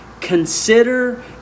Consider